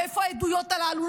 ואיפה העדויות הללו.